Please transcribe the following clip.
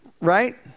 right